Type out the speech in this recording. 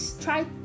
try